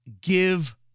give